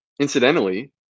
incidentally